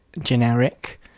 generic